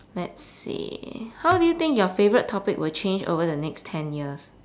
let's see how do you think your favourite topic will change over the next ten years